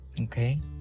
okay